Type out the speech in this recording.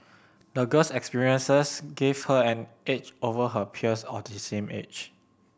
the girl's experiences gave her an edge over her peers of the same age